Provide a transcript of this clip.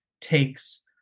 takes